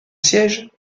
siège